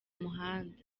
muhanda